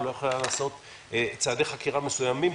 או לא יכלה לעשות צעדי חקירה מסוימים,